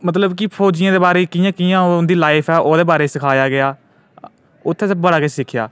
मतलब कि फौजियें दे बारे च कि कि'यां कि'यां उदीं लाइफ ऐ ओह्दे बारे च सखाया गेआ उत्थै बडा किश सिक्खेआ